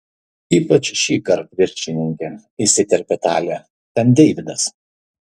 ypač šįkart viršininke įsiterpė talė ten deividas